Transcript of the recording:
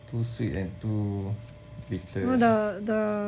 too sweet and too bitter as long as we're a bit active ah